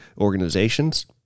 organizations